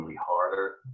harder